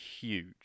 huge